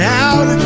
out